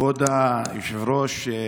כבוד היושב-ראש,